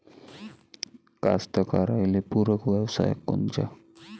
कास्तकाराइले पूरक व्यवसाय कोनचा?